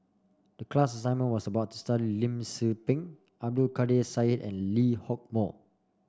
the class assignment was about study Lim Tze Peng Abdul Kadir Syed and Lee Hock Moh